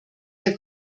der